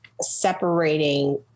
separating